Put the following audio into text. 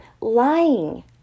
lying